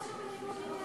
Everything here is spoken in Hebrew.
אמרו שהוא בניגוד עניינים.